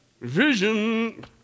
Vision